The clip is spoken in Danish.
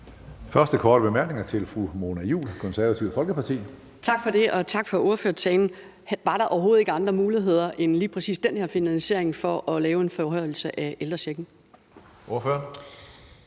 første korte bemærkning er til fru Mona Juul, Det Konservative Folkeparti. Kl. 13:22 Mona Juul (KF): Tak for det. Og tak for ordførertalen. Var der overhovedet ikke andre muligheder end lige præcis den her finansiering for at lave en forhøjelse af ældrechecken? Kl.